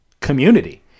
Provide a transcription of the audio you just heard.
community